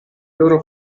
loro